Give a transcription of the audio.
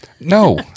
No